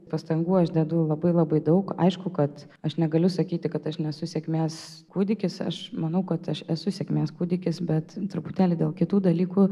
pastangų aš dedu labai labai daug aišku kad aš negaliu sakyti kad aš nesu sėkmės kūdikis aš manau kad aš esu sėkmės kūdikis bet truputėlį dėl kitų dalykų